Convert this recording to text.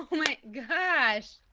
my gosh